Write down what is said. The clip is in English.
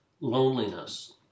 loneliness